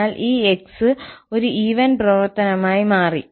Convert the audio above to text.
അതിനാൽ ഈ 𝑥 ഒരു ഈവൻ പ്രവർത്തനമായി മാറി